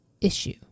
issue